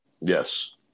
yes